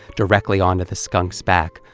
directly onto the skunk's back,